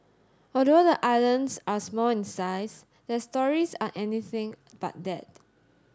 although the islands are small in size their stories are anything but that